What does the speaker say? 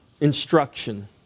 Instruction